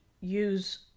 use